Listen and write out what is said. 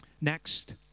Next